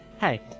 Hey